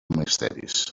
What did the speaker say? misteris